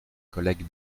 collègue